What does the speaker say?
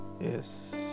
yes